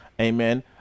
amen